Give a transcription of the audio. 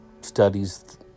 studies